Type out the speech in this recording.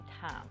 time